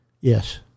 Yes